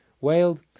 wailed